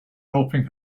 helping